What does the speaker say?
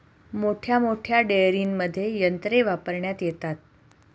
मोठमोठ्या डेअरींमध्ये यंत्रे वापरण्यात येतात